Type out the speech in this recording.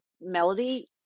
Melody